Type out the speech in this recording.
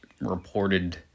reported